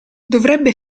dovrebbe